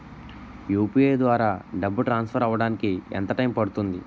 UPI ద్వారా డబ్బు transfer అవ్వడానికి ఎంత టైం పడుతుంది?